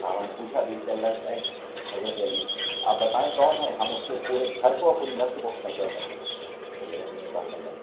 صحابہ نے پوچھا بھی کہ اللہ اے حضرت علی آپ بتائیں کون ہے ہم اس کے پورے گھر کو اور پوری نسل کو ختم کر دیں گے تو حضرت علی نے کہا تھا نہیں